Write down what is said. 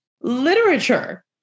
literature